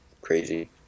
crazy